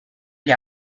gli